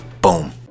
Boom